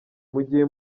mugiye